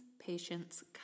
patience